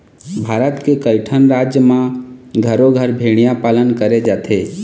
भारत के कइठन राज म घरो घर भेड़िया पालन करे जाथे